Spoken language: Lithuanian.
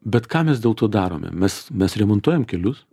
bet ką mes dėl to darome mes mes remontuojam kelius